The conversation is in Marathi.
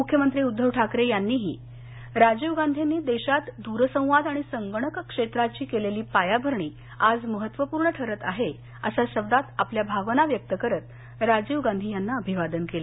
मुख्यमंत्री उद्वव ठाकरे यांनीही राजीव गांधींनी देशात दूरसंवाद आणि संगणक क्षेत्राची केलेली पायाभरणी आज महत्वपूर्ण ठरत आहे अशा शब्दांत आपल्या भावना व्यक्त करत राजीव गांधी यांना अभिवादन केलं